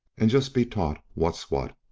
and just be taught what's what.